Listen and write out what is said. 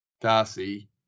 Darcy